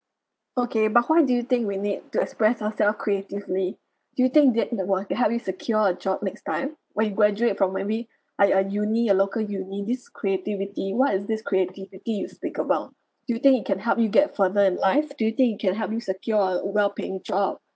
okay but why do you think we need to express ourselves creatively do you think w~ will help you secure a job next time when you graduate from maybe I a uni or local uni this creativity what is this creativity you speak about do you think it can help you get further in life do you think it can help you secure a well paying job